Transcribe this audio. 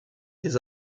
des